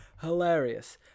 hilarious